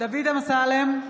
דוד אמסלם,